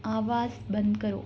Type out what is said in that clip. آواز بند کرو